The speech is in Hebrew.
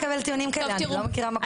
טוב תראו,